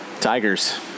Tigers